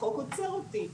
החוק עוצר אותי.